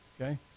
Okay